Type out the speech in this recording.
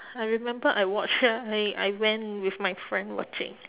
I remember I watch it I I went with my friend watch it